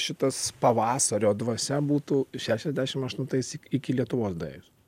šitas pavasario dvasia būtų šešiasdešim aštuntais iki lietuvos daėjus